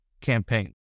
campaign